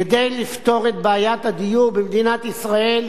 כדי לפתור את בעיית הדיור במדינת ישראל,